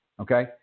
Okay